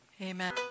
Amen